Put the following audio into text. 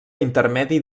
intermedi